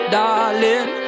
darling